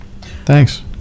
Thanks